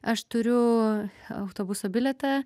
aš turiu autobuso bilietą